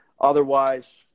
otherwise –